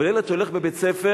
אבל ילד שהולך לבית-ספר